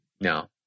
No